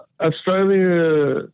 Australia